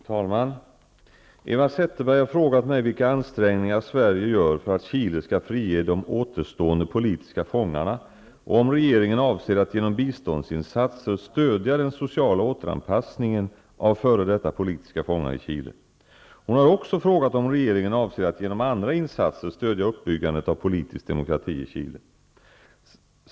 Fru talman! Eva Zetterberg har frågat mig vilka ansträngningar Sverige gör för att Chile skall frige de återstående politiska fångarna och om regeringen avser att genom biståndsinsatser stödja den sociala återanpassningen av f.d. politiska fångar i Chile. Hon har också frågat om regeringen avser att genom andra insatser stödja uppbyggandet av politisk demokrati i Chile.